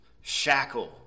shackle